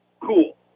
cool